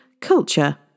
culture